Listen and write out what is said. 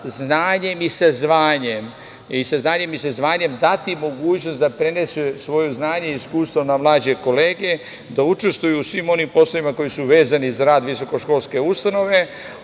znanjem i sa zvanjem dati mogućnost da prenesu svoje znanje i iskustvo na mlađe kolege, da učestvuju u svim onim poslovima koji su vezani za rad visokoškolske ustanove,